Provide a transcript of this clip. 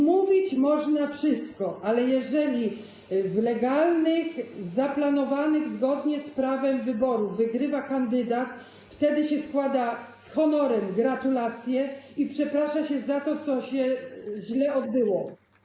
Mówić można wszystko, ale jeżeli w legalnych, zaplanowanych zgodnie z prawem wyborach wygrywa kandydat, wtedy się składa z honorem gratulacje i przeprasza się za to, co się źle odbyło.